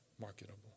marketable